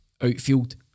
Outfield